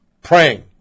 praying